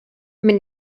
min